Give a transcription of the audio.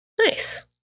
Nice